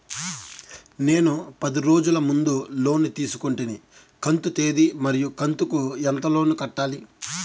నేను పది రోజుల ముందు లోను తీసుకొంటిని కంతు తేది మరియు కంతు కు ఎంత లోను కట్టాలి?